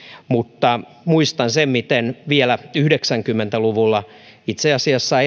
mutta muistan sen miten vielä yhdeksänkymmentä luvulla itse asiassa